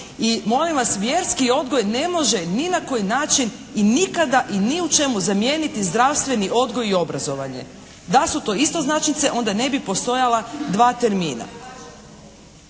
I molim vas vjerski odgoj ne može ni na koji način i nikada i niučemu zamijeniti zdravstveni odgoj i obrazovanje. Da su to istoznačnice onda ne bi postojala dva termina.